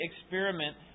experiment